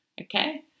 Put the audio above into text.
okay